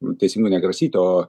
nu teisingiau ne grasyti o